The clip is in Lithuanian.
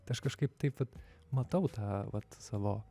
vat aš kažkaip taip vat matau tą vat savo